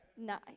Nice